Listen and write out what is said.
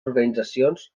organitzacions